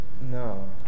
No